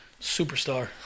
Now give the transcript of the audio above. Superstar